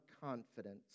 confidence